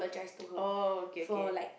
oh okay okay